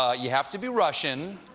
ah you have to be russian.